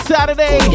Saturday